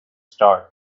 start